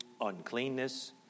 uncleanness